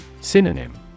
Synonym